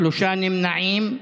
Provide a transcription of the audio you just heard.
שלושה נמנעים.